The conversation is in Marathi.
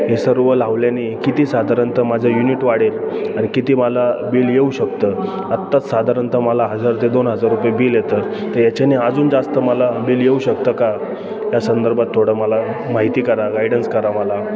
हे सर्व लावल्याने किती साधारणतः माझं युनिट वाढेल आणि किती मला बिल येऊ शकतं आत्ताच साधारणतः मला हजार ते दोन हजार रुपये बिल येतं तर याच्याने अजून जास्त मला बिल येऊ शकतं का या संदर्भात थोडं मला माहिती करा गायडन्स करा मला